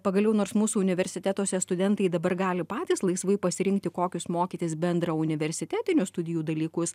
pagaliau nors mūsų universitetuose studentai dabar gali patys laisvai pasirinkti kokius mokytis bendra universitetinių studijų dalykus